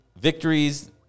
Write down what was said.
victories